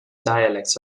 dialects